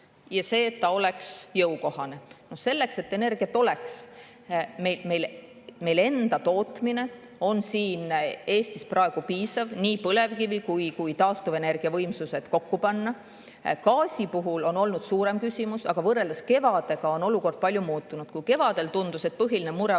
ja see, et ta oleks jõukohane. Selleks, et energiat oleks, on meie enda tootmine Eestis praegu piisav, kui nii põlevkivi‑ kui ka taastuvenergiavõimsused kokku panna. Gaasi puhul on olnud suurem küsimus, aga võrreldes kevadega on olukord palju muutunud. Kui kevadel tundus, et põhiline mure